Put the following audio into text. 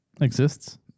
exists